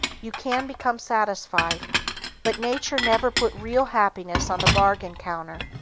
you can become satisfied but nature never put real happiness on the bargain-counter.